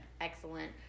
excellent